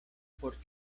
por